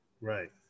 Right